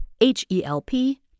H-E-L-P